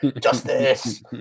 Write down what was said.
Justice